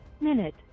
minute